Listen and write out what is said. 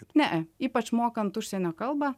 ne ypač mokant užsienio kalbą